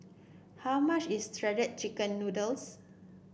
how much is Shredded Chicken Noodles